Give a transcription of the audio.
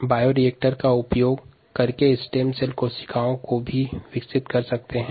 bioreactor का उपयोग विभिन्न प्रकार के उद्देश्यों की पूर्ति हेतु स्टेम कोशिका को विकसित करने में भी किया जा सकता है